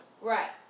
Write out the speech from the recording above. Right